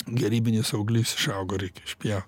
gerybinis auglys išaugo reikia išpjaut